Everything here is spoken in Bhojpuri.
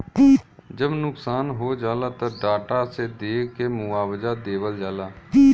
जब नुकसान हो जाला त डाटा से देख के मुआवजा देवल जाला